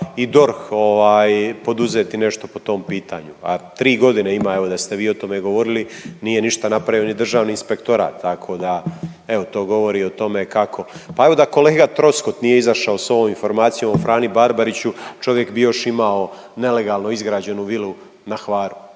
i DORH poduzeti nešto po tom pitanju, a tri godine ima evo da ste vi o tome govorili. Nije ništa napravio ni Državni inspektorat, tako da evo to govori o tome kako. Pa evo da kolega Troskot nije izašao s ovom informacijom o Frani Barbariću čovjek bi još imao nelegalno izgrađenu vilu na Hvaru.